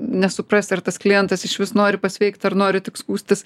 nesuprasi ar tas klientas išvis nori pasveikti ar nori tik skųstis